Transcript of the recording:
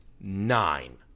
nine